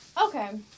Okay